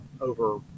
over